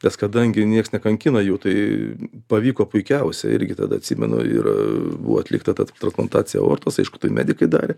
nes kadangi nieks nekankina jų tai pavyko puikiausiai irgi tada atsimenu ir buvo atlikta transplantacija aortos aišku tai medikai darė